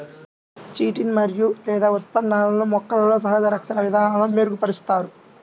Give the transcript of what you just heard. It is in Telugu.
చిటిన్ మరియు దాని ఉత్పన్నాలు మొక్కలలో సహజ రక్షణ విధానాలను మెరుగుపరుస్తాయి